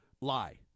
lie